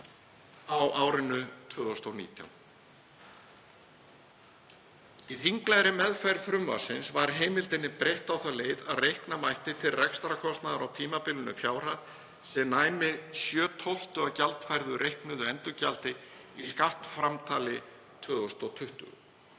á árinu 2019.“ Í þinglegri meðferð frumvarpsins var heimildinni breytt á þá leið að reikna mætti til rekstrarkostnaðar á tímabilinu fjárhæð sem næmi sjö tólftu af gjaldfærðu reiknuðu endurgjaldi í skattframtali 2020,